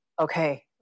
okay